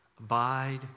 Abide